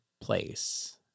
place